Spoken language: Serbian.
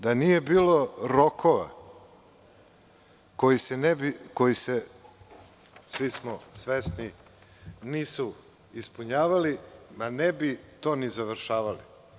Da nije bilo rokova koji se, svi smo svesni, nisu ispunjavali, ne bi to ni završavali.